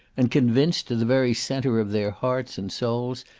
and convinced, to the very centre of their hearts and souls,